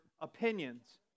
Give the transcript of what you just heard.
opinions